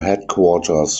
headquarters